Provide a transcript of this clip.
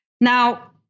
Now